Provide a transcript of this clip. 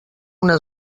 una